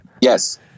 Yes